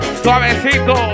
suavecito